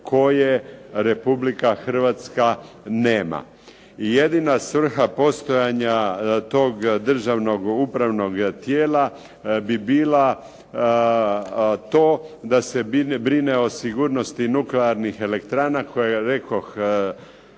koje Republika Hrvatska nema. I jedina svrha postojanja tog državnog upravnog tijela bi bila to da se brine o sigurnosti nuklearnih elektrane koje, rekoh,